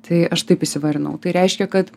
tai aš taip įsivardinau tai reiškia kad